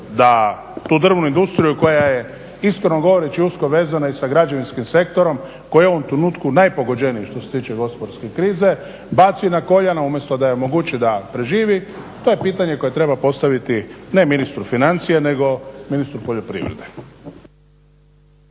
da tu drvnu industriju koja je iskreno govoreći usko vezana i sa građevinskim sektorom, koji je u ovom trenutku najpogođeniji što se tiče gospodarske krize, baci na koljena umjesto da joj omogući da preživi, to je pitanje koje treba postaviti, ne ministru financija, nego ministru poljoprivrede.